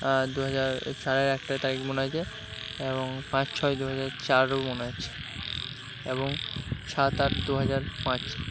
আর দুহাজার চারের একটা তারিখ মনে আছে এবং পাঁচ ছয় দুহাজার চারও মনে আছে এবং সাত আট দুহাজার পাঁচ